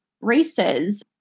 races